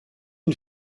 une